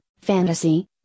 fantasy